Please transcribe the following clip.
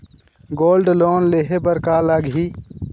Gold loan लेहे बर का लगही?